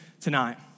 tonight